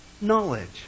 knowledge